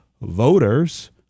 voters